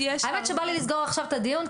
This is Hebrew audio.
האמת שבא לי לסגור עכשיו את הדיון,